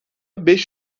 beş